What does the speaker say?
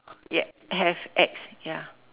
ya have X ya